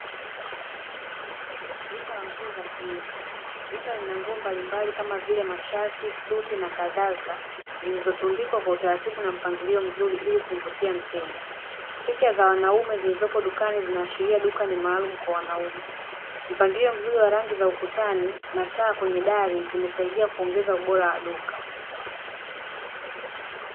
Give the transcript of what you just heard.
Duka la nguo za kiume, duka lina nguo mbalimbali kama vile mashati, suti na kadhalika zilizotundikwa kwa utaratibu na mpangilio mzuri ili kumvutia mteja. Picha za wanaume zilizopo dukani zinaashiria duka ni maalumu kwa wanaume. Mpangilio mzuri wa rangi za ukutani na taa kwenye dari zimesaidia kuongeza ubora wa duka.